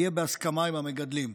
היה בהסכמה עם המגדלים.